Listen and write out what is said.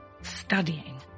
Studying